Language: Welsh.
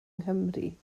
nghymru